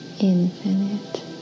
infinite